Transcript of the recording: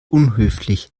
unhöflich